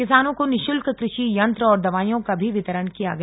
किसानों को निशुल्क क्रषि यंत्र और दवाइयों का भी वितरण किया गया